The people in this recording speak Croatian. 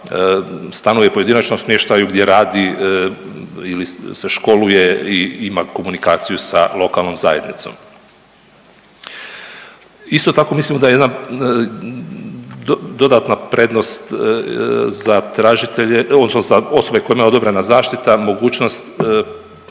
stanuje u pojedinačnom smještaju, gdje radi ili se školuje i ima komunikaciju sa lokalnom zajednicom. Isto tako mislimo da je jedna dodatna prednost za tražitelje, odnosno za osobe kojima je odobrena zaštita mogućnost